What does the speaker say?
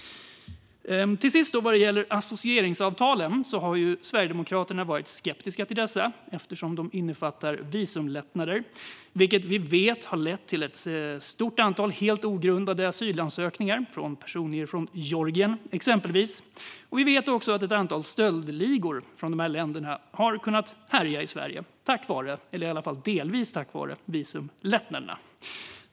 Till sist vill jag ta upp associeringsavtalen. Sverigedemokraterna har varit skeptiska till dessa eftersom de innefattar visumlättnader, vilket vi vet har lett till ett stort antal helt ogrundade asylansökningar från personer från exempelvis Georgien. Vi vet också att ett antal stöldligor från de här länderna har kunnat härja i Sverige, delvis som en följd av visumlättnaderna.